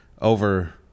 over